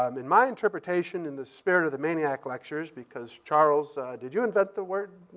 um in my interpretation, in the spirit of the maniac lectures because charles did you invent the word?